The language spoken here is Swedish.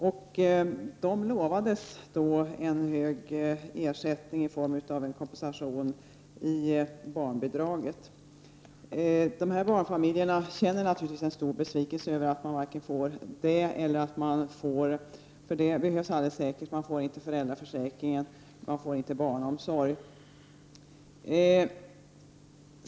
Barnfamiljerna lovades en hög ersättning i form av en kompensation i barnbidraget. Barnfamiljerna känner naturligtvis en stor besvikelse över att de inte får denna, eftersom den alldeles säkert behövs. De får inte föräldraförsäkring, och de får inte barnomsorg.